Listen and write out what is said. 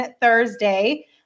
Thursday